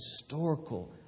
historical